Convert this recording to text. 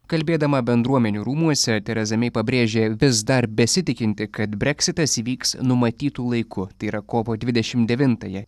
kalbėdama bendruomenių rūmuose tereza mei pabrėžė vis dar besitikinti kad breksitas įvyks numatytu laiku tai yra kovo dvidešimt devintąją